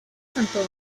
santo